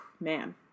man